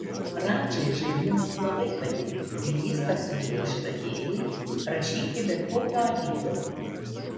radžai žaidimas labai patiko ir jis pasiūlė išradėjui prašyti bet kokio atlygio